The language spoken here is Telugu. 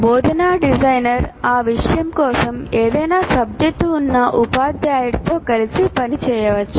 బోధనా డిజైనర్ ఆ విషయం కోసం ఏదైనా సబ్జెక్టు ఉన్న ఉపాధ్యాయుడితో కలిసి పని చేయవచ్చు